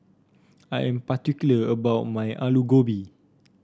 I am particular about my Alu Gobi